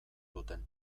duten